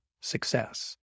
success